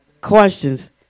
questions